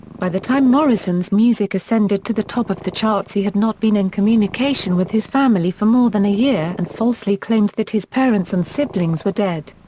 by the time morrison's music ascended to the top of the charts he had not been in communication with his family for more than a year and falsely claimed that his parents and siblings were dead.